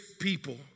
people